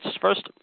first